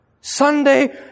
Sunday